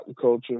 culture